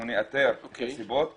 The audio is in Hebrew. אנחנו נאתר את הסיבות לכך.